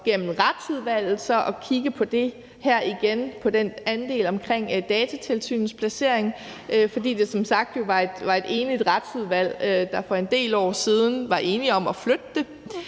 gennem Retsudvalget igen at kigge på det her om Datatilsynets placering. For som sagt var det et enigt Retsudvalg, der for en del år siden var enige om at flytte det.